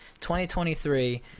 2023